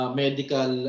medical